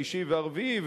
השלישי והרביעי,